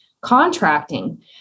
contracting